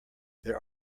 there